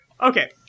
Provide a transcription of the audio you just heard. Okay